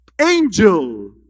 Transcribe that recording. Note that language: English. angel